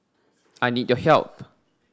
I need your help